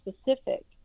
specific